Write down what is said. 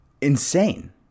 insane